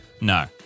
No